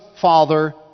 father